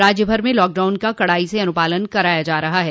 राज्य भर में लॉकडाउन का कडाई से अनुपालन किया जा रहा है